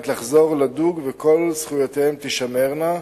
לחזור לדוג וכל זכויותיהם תישמרנה.